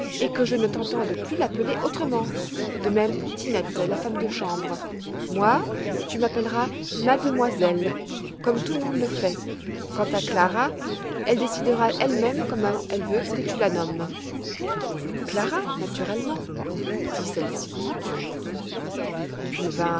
et que je ne t'entende plus l'appeler autrement de même pour tinette la femme de chambre moi tu m'appelleras mademoiselle comme tout le monde le fait quant à clara elle décidera elle-même comment elle veut que tu la nommes clara naturellement dit celle-ci puis